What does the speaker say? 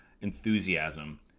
enthusiasm